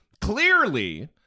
clearly